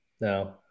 No